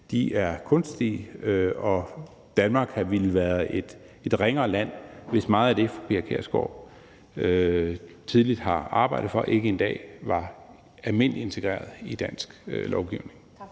De er kunstige, og Danmark ville have været et ringere land, hvis meget af det, fru Pia Kjærsgaard tidligt har arbejdet for, ikke i dag var almindeligt integreret i dansk lovgivning.